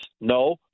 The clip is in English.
No